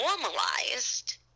normalized